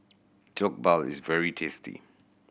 Jokbal is very tasty